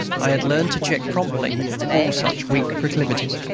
i had learned to check promptly all such weak proclivities.